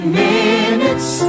minutes